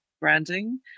branding